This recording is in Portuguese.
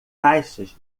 caixas